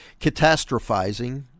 catastrophizing